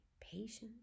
patience